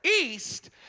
east